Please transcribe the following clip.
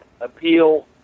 appeal